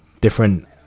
different